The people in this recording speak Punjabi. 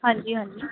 ਹਾਂਜੀ ਹਾਂਜੀ